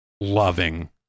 loving